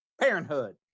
Parenthood